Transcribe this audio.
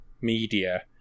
Media